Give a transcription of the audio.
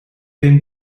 den